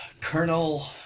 Colonel